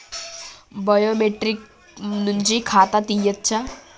Biometric నుంచి ఖాతా తీయచ్చా?